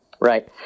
Right